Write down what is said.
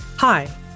Hi